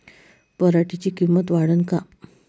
पराटीची किंमत वाढन का?